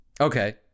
Okay